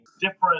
different